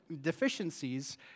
deficiencies